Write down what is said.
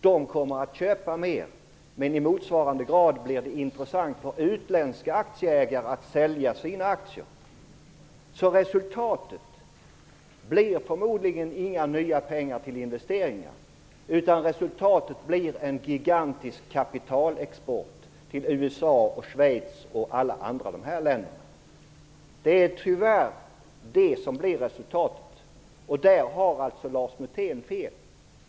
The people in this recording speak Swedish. De kommer att köpa mer, men i motsvarande grad blir det intressant för utländska aktieägare att sälja sina aktier. Så resultatet blir förmodligen inga nya pengar till investeringar, utan resultatet blir en gigantisk kapitalexport till USA, Schweiz och andra länder. Det är tyvärr det som blir resultatet, och där har alltså Leif Mutén fel.